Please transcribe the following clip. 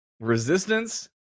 resistance